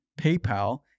PayPal